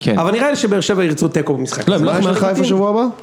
כן. אבל נראה לי שבאר שבע ירצו תיקו במשחק. מה יש לך לחיפה שבוע הבא?